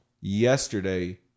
yesterday